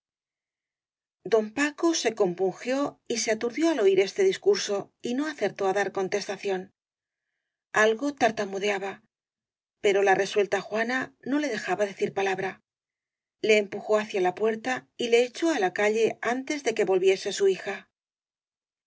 don paco se compungió y se aturdió al oir este discurso y no acertó á dar contestación algo tai tamudeaba pero la resuelta juana no le dejaba de cir palabra le empujó hacia la puerta y le echó á la calle antes de que volviese su hija